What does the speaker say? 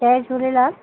Jay Jhulelal